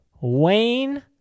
Wayne